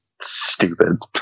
stupid